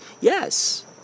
yes